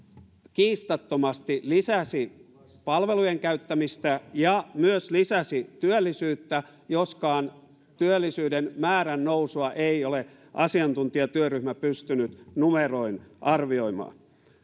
kiistattomasti lisäsi palvelujen käyttämistä ja myös lisäsi työllisyyttä joskaan työllisyyden määrän nousua ei ole asiantuntijatyöryhmä pystynyt numeroin arvioimaan